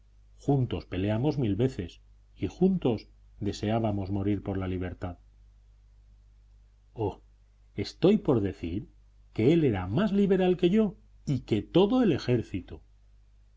juntos peleamos mil veces y juntos deseábamos morir por la libertad oh estoy por decir que él era más liberal que yo y que todo el ejército